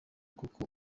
kuko